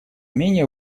менее